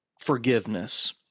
forgiveness